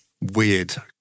weird